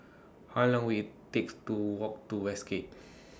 How Long Will IT takes to Walk to Westgate